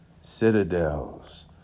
citadels